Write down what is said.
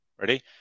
Ready